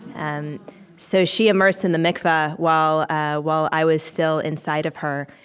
and so she immersed in the mikvah while ah while i was still inside of her.